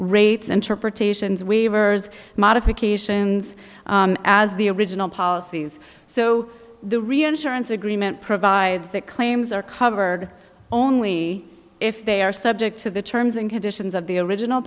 rates interpretations waivers modifications as the original policies so the reinsurance agreement provides that claims are covered only if they are subject to the terms and conditions of the original